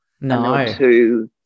No